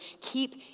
keep